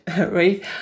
right